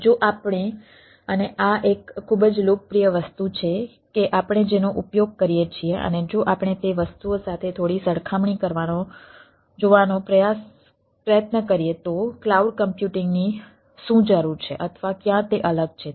અને જો આપણે અને આ એક ખૂબ જ લોકપ્રિય વસ્તુ છે કે આપણે જેનો ઉપયોગ કરીએ છીએ અને જો આપણે તે વસ્તુઓ સાથે થોડી સરખામણી જોવાનો પ્રયત્ન કરીએ તો ક્લાઉડ કમ્પ્યુટિંગની શું જરૂર છે અથવા ક્યાં તે અલગ છે